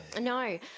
No